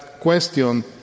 question